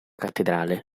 cattedrale